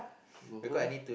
go home